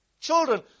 children